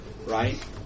Right